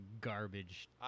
garbage